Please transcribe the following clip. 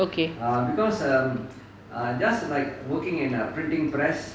okay